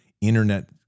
internet